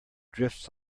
drifts